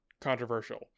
controversial